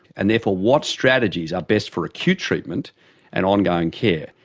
and therefore what strategies are best for acute treatment and ongoing care.